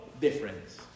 difference